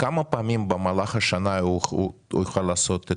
כמה פעמים במהלך השנה הוא יכול לעשות תיאום מס?